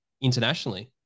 internationally